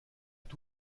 est